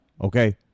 okay